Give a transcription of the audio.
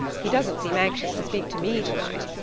he doesn't seem anxious to speak to me to-night.